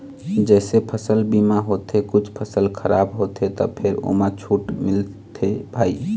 जइसे फसल बीमा होथे कुछ फसल खराब होथे त फेर ओमा छूट मिलथे भई